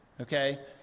Okay